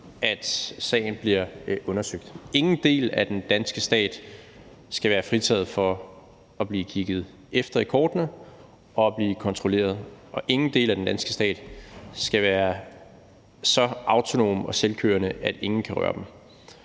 at sagen bliver undersøgt. Ingen del af den danske stat skal være fritaget for at blive kigget efter i kortene og blive kontrolleret, og ingen del af den danske stat skal være så autonom og selvkørende, at ingen kan røre den.